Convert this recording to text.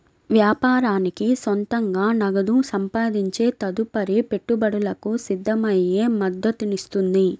వ్యాపారానికి సొంతంగా నగదు సంపాదించే తదుపరి పెట్టుబడులకు సిద్ధమయ్యే మద్దతునిస్తుంది